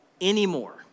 anymore